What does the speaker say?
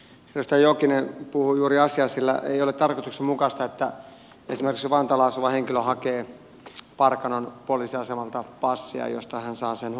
edustaja jokinen puhui juuri asiaa sillä ei ole tarkoituksenmukaista että esimerkiksi vantaalla asuva henkilö hakee passia parkanon poliisiasemalta mistä hän saa sen huomattavasti nopeammin kuin pääkaupunkiseudulla